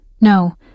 No